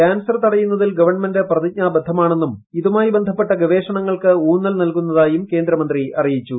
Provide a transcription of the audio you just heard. cancer തടയുന്നതിൽ government പ്രതിജ്ഞാബദ്ധമാണെന്നും ഇതുമായി ബന്ധപ്പെട്ട ഗവേഷണങ്ങൾക്ക് ഊന്നൽ നൽകുന്നതായും കേന്ദ്രമന്ത്രി അറിയിച്ചു